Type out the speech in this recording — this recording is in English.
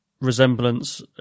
resemblance